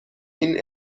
این